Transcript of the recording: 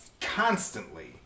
constantly